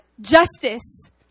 justice